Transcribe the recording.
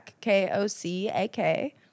K-O-C-A-K